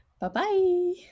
bye-bye